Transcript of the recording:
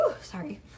Sorry